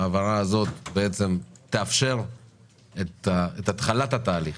ההעברה הזאת והאישור שלה יאפשר בעצם את התחלת התהליך